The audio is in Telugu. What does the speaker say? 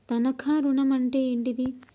తనఖా ఋణం అంటే ఏంటిది?